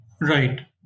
Right